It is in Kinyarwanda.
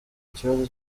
ikibazo